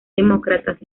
demócratas